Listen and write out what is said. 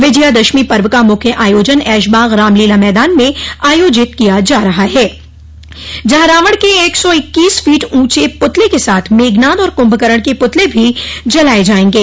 विजयादशमी पर्व का मुख्य आयोजन ऐशबाग रामलीला मैदान में आयोजित किया जा रहा है जहां रावण के एक सौ इक्कीस फीट ऊॅचे प्तले के साथ मेघनाद और कुंभकरण के प्तले भी जलाये जायेंगे